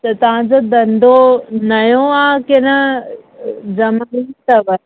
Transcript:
त तव्हांजो धंधो नयो आहे की न जमियलु अथव